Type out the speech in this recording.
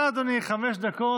אדוני, חמש דקות.